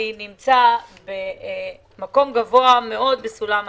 נמצא במקום גבוה מאוד בסולם העדיפויות.